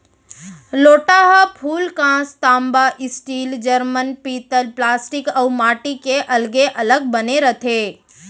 लोटा ह फूलकांस, तांबा, स्टील, जरमन, पीतल प्लास्टिक अउ माटी के अलगे अलग बने रथे